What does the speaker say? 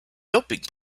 doping